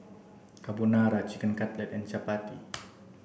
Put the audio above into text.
Carbonara Chicken Cutlet and Chapati